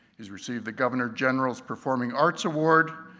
he's received the governor general's performing arts award,